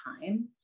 time